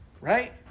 Right